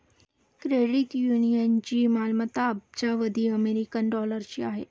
credit युनियनची मालमत्ता अब्जावधी अमेरिकन डॉलरची आहे